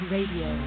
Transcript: Radio